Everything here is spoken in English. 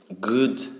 good